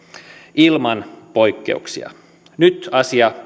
ilman poikkeuksia nyt asia